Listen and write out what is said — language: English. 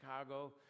Chicago